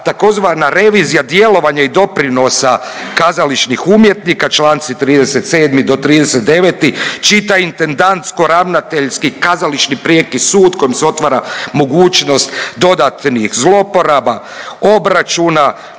tzv. revizija djelovanja i doprinosa kazalištnih umjetnika, čl. 37-39, čitaj, intendantsko-ravnateljski kazališni prijeki sud kojim se otvara mogućnost dodatnih zlouporaba, obračuna.